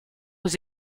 aux